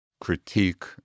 critique